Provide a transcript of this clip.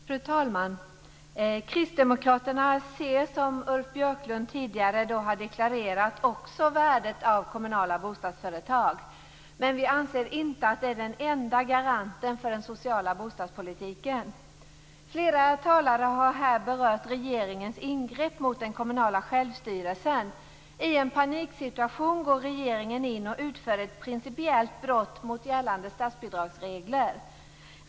Fru talman! Också kristdemokraterna ser, som Ulf Björklund tidigare har deklarerat, värdet av kommunala bostadsföretag. Vi anser dock inte att de är den enda garanten för den sociala bostadspolitiken. Flera talare har här berört regeringens ingrepp mot den kommunala självstyrelsen. I en paniksituation går regeringen in och utför ett principiellt brott mot gällande statsbidragsregler.